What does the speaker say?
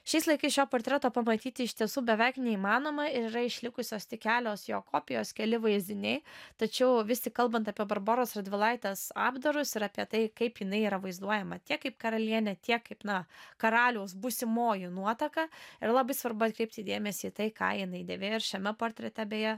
šiais laikais šio portreto pamatyti iš tiesų beveik neįmanoma ir yra išlikusios tik kelios jo kopijos keli vaizdiniai tačiau vis tik kalbant apie barboros radvilaitės apdarus ir apie tai kaip jinai yra vaizduojama tiek kaip karalienė tiek kaip na karaliaus būsimoji nuotaka ir labai svarbu atkreipti dėmesį į tai ką jinai dėvėjo ir šiame portrete beje